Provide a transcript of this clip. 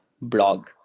blog